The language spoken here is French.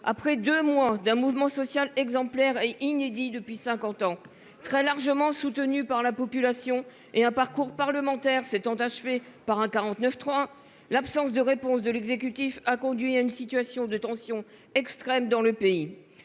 Après 2 mois d'un mouvement social exemplaire et inédit depuis 50 ans très largement soutenue par la population et un parcours parlementaire s'étant achevée par un 49.3. L'absence de réponse de l'exécutif a conduit à une situation de tension extrême dans le pays